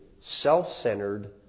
self-centered